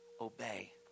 Obey